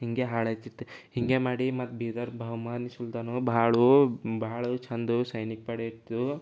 ಹೀಗೆ ಹಾಳಾಯ್ತಿತ್ತು ಹೀಗೆ ಮಾಡಿ ಮತ್ತೆ ಬೀದರ್ ಬಹಮನಿ ಸುಲ್ತಾನರು ಭಾಳೂ ಭಾಳ ಚೆಂದ ಸೈನಿಕ ಪಡೆ ಇತ್ತು